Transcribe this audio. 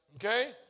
Okay